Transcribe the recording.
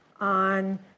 on